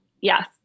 yes